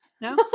No